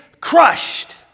crushed